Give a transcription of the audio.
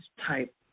type